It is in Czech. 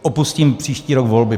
Opustím příští rok volby.